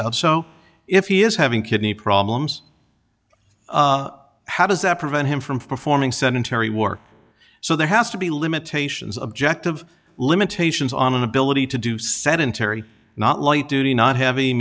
out so if he is having kidney problems how does that prevent him from performing sedentary work so there has to be limitations objective limitations on an ability to do sedentary not light duty not having